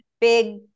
big